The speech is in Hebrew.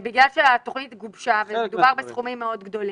אתה לגמרי צודק במה שאתה מציג.